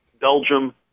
Belgium